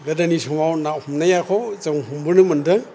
गोदोनि समाव ना हमनायाखौ जों हमबोनो मोन्दों